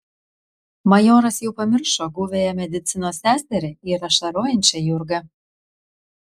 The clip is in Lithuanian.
majoras jau pamiršo guviąją medicinos seserį ir ašarojančią jurgą